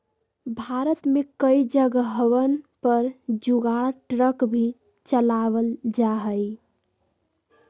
भारत में कई जगहवन पर जुगाड़ ट्रक भी चलावल जाहई